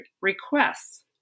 requests